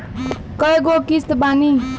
कय गो किस्त बानी?